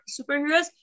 superheroes